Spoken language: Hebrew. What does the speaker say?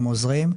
הם עוזרים.